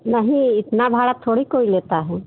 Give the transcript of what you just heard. नहीं इतना भाड़ा थोड़ी कोई लेता है